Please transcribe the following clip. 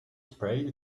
sprayed